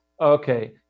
Okay